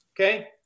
Okay